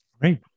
Great